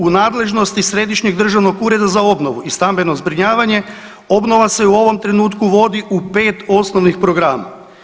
U nadležnosti Središnjeg državnog ureda za obnovu i stambeno zbrinjavanje obnova se u ovom trenutku vodi u 5 osnovnih programa.